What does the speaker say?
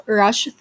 rush